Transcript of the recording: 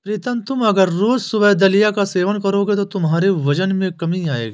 प्रीतम तुम अगर रोज सुबह दलिया का सेवन करोगे तो तुम्हारे वजन में कमी आएगी